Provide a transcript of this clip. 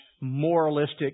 moralistic